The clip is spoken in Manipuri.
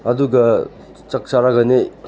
ꯑꯗꯨꯒ ꯆꯥꯛ ꯆꯥꯔꯒꯅꯦ